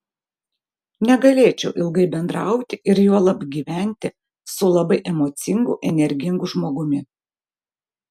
negalėčiau ilgai bendrauti ir juolab gyventi su labai emocingu energingu žmogumi